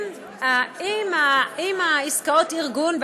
עסקאות ארגון,